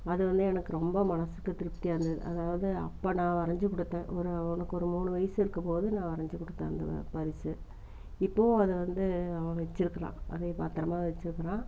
அது வந்து எனக்கு ரொம்ப மனதுக்கு திருப்தியாக இருந்தது அதாவது அப்போ நான் வரைஞ்சு கொடுத்தேன் ஒரு அவனுக்கு ஒரு மூணு வயது இருக்கும்போது நான் வரைஞ்சு கொடுத்தேன் அந்த பரிசு இப்போவும் அதை வந்து அவன் வச்சிருக்குறான் அதையும் பத்திரமா வச்சிருக்குறான்